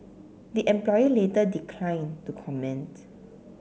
the employee later declined to comment